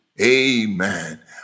Amen